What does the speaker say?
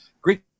great